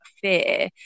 fear